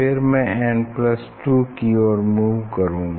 फिर मैं n2 के ओर मूव करूँगा